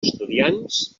estudiants